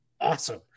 awesome